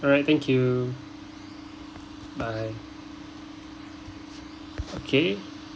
alright thank you bye okay